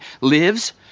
lives